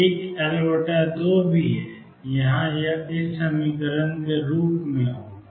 एक L2 भी है यह L222mV02 Y2 होगा